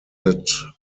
that